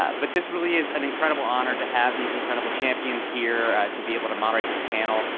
but this really is an incredible honor to have these incredible champions here. to be able to moderate this panel.